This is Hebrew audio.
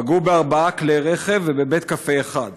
פגעו בארבעה כלי רכב ובבית קפה אחד.